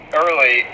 early